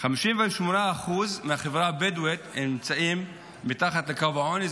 58% מהחברה הבדואית נמצאים מתחת לקו העוני.